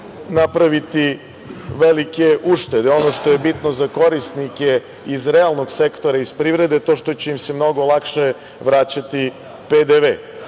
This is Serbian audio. napraviti velike uštede. Ono što je bitno za korisnike iz realnog sektora iz privrede, to što će im se mnogo lakše vraćati PDV.Ono